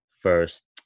first